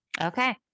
Okay